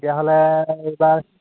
তেতিয়াহ'লে এইবাৰ